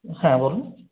হ্যাঁ বলুন